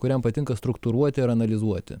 kuriam patinka struktūruoti ir analizuoti